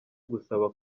gusaba